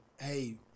hey